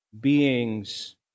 beings